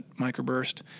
microburst